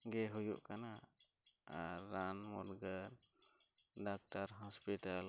ᱜᱮ ᱦᱩᱭᱩᱜ ᱠᱟᱱᱟ ᱟᱨ ᱨᱟᱱ ᱢᱩᱨᱜᱟᱹᱱ